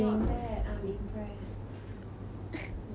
then then later